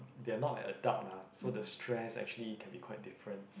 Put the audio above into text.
they are not like adult ah so the stress actually can be quite different